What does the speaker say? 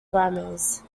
grammars